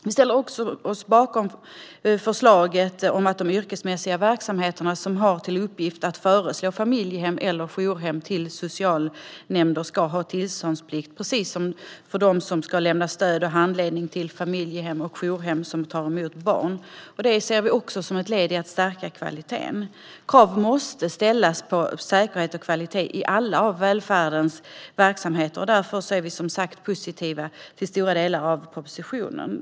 Vi ställer oss också bakom förslaget att de yrkesmässiga verksamheter som har till uppgift att föreslå familjehem eller jourhem till socialnämnder ska ha tillståndsplikt, precis som de som ska ge stöd och handledning till familjehem och jourhem som tar emot barn. Det ser vi också som ett led i att stärka kvaliteten. Krav måste ställas på säkerhet och kvalitet i alla välfärdens verksamheter, och därför är vi som sagt positiva till stora delar av propositionen.